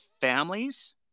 families